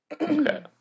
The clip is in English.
Okay